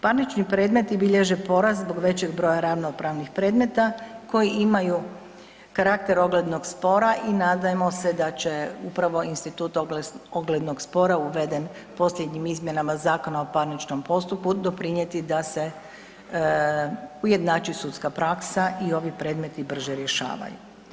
Parnični predmeti bilježe porast zbog većeg broja ravnopravnih predmeta koji imaju karakter oglednog spora i nadajmo se da će upravo institut oglednog spora uveden posljednjim izmjenama ZPP-a, doprinijeti da se ujednači sudska praksa i ovi predmeti brže rješavaju.